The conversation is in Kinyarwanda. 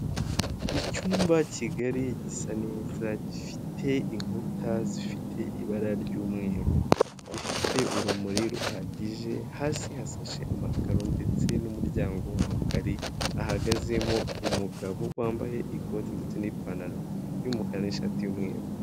Icyumba kigari gisa neza gifite inkuta zifite ibara ry'umweru, ifite urumuri ruhagije hasi hasashe amakaro ndetse n'umuryango mugari hahagazemo umugabo wambaye ikoti ndetse n'ipantaro y'umukara n'ishati y'umweru.